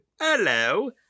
hello